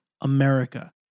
America